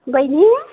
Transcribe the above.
बहिनी